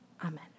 Amen